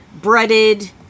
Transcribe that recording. breaded